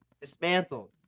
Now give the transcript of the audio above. dismantled